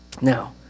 Now